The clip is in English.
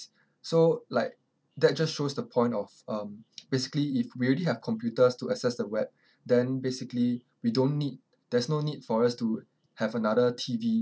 so like that just shows the point of um basically if we already have computers to access the web then basically we don't need there's no need for us to have another T_V